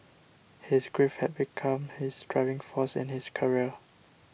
his grief had become his driving force in his career